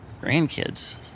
grandkids